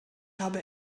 habe